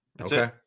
Okay